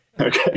Okay